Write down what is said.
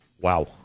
Wow